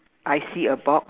I see a box